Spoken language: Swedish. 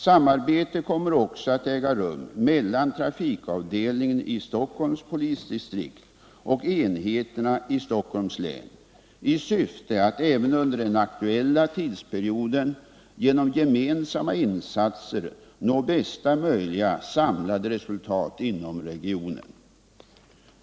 Samarbete kommer också att äga rum mellan trafikavdelningen i Stockholms polisdistrikt och enheterna i Stockholms län i syfte att även under den aktuella tidsperioden genom gemensamma insatser nå bästa möjliga samlade resultat inom regionen.